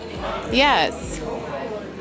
Yes